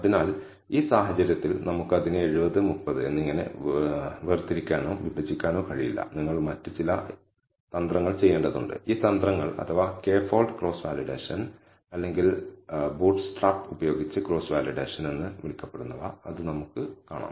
അതിനാൽ ഈ സാഹചര്യത്തിൽ നമുക്ക് അതിനെ 70 30 എന്നിങ്ങനെ വേർതിരിക്കാനോ വിഭജിക്കാനോ കഴിയില്ല നിങ്ങൾ മറ്റ് ചില തന്ത്രങ്ങൾ ചെയ്യേണ്ടതുണ്ട് ഈ തന്ത്രങ്ങൾ അഥവാ k ഫോൾഡ് ക്രോസ് വാലിഡേഷൻ അല്ലെങ്കിൽ ബൂട്ട്സ്ട്രാപ്പ് ഉപയോഗിച്ച് ക്രോസ് വാലിഡേഷൻ എന്ന് വിളിക്കപ്പെടുന്നവ അത് നമുക്ക് കാണാം